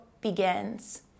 begins